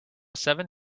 seven